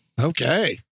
Okay